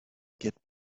get